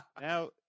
now